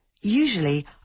Usually